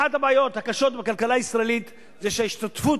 אחת הבעיות הקשות בכלכלה הישראלית זה ההשתתפות